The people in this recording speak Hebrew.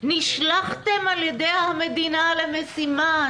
נשלחתם על ידי המדינה למשימה,